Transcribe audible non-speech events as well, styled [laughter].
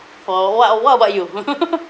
for what what about you [laughs]